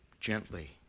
gently